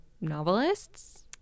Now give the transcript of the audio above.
novelists